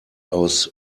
aus